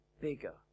bigger